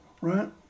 right